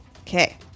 Okay